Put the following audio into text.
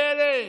פלא.